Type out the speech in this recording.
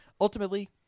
Ultimately